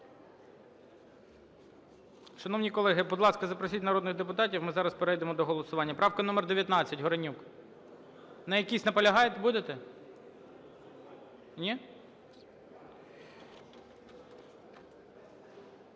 Шановні колеги, будь ласка, запросіть народних депутатів, ми зараз перейдемо до голосування. Правка номер 19, Горенюк. На якійсь наполягати будете? Ні.